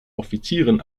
offizieren